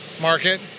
Market